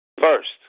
First